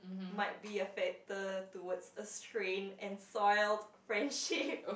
might be a factor towards a strained and soiled friendship